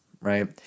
right